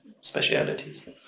specialities